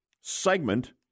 segment